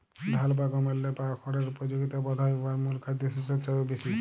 ধাল বা গমেল্লে পাওয়া খড়ের উপযগিতা বধহয় উয়ার মূল খাদ্যশস্যের চাঁয়েও বেশি